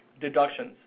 deductions